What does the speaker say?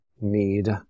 need